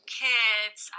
kids